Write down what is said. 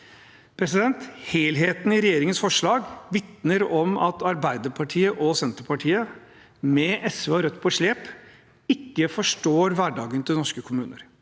innbyggere. Helheten i regjeringens forslag vitner om at Arbeiderpartiet og Senterpartiet, med SV og Rødt på slep, ikke forstår hverdagen til norske kommuner.